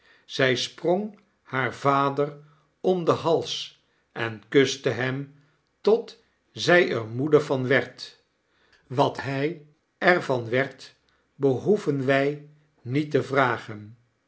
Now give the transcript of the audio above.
zy sprong haar vader om den hals en kuste hem tot zy er moede van werd wat hy er van werd behoeven wy niet te vragen